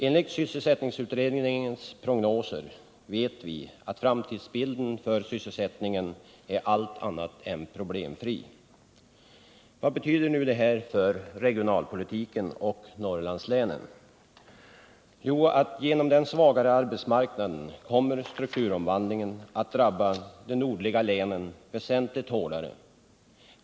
Enligt sysselsättningsutredningens prognoser vet vi att framtidsbilden när det gäller sysselsättningen är allt annat än problemfri. Vad betyder nu detta för regionalpolitiken och Norrlandslänen? Jo, på grund av den svagare arbetsmarknaden kommer strukturomvandlingen att drabba de nordliga länen väsentligt hårdare.